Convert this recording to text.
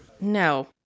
No